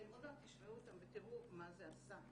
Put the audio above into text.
אתם עוד מעט תשמעו אותם ותראו מה זה עשה.